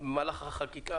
התייחסויות במהלך החקיקה